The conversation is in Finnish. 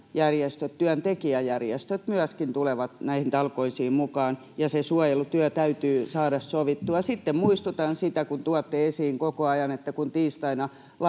työntekijäjärjestöt myöskin, tulevat näihin talkoisiin mukaan ja se suojelutyö täytyy saada sovittua. Sitten muistutan, kun tuotte esiin koko ajan, että tiistaina